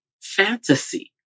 fantasy